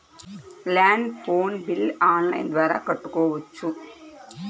Land phone bill online ద్వారా కట్టుకోవచ్చు?